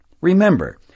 Remember